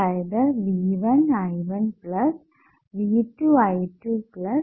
അതായതു V1 I1V2 I2VNIN